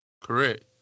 Correct